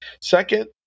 Second